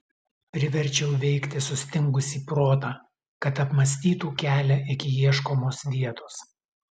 priverčiau veikti sustingusį protą kad apmąstytų kelią iki ieškomos vietos